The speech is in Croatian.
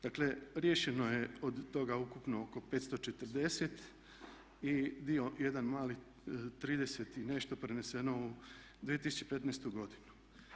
Dakle riješeno je od toga ukupno oko 540 i dio jedan mali 30 i nešto preneseno u 2015.godinu.